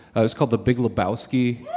it was called the big lebowski.